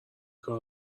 کار